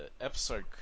episode